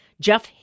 Jeff